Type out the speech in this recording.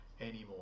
anymore